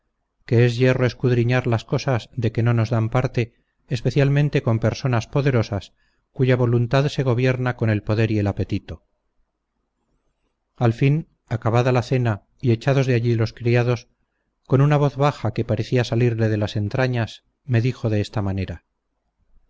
que es yerro escudriñar las cosas de que no nos dan parte especialmente con personas poderosas cuya voluntad se gobierna con el poder y el apetito al fin acabada la cena y echados de allí los criados con una voz baja que parecía salirle de las entrañas me dijo de esta manera